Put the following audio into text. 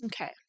Okay